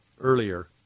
earlier